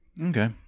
Okay